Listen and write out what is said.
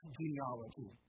genealogy